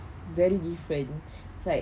very different it's like